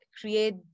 create